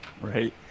Right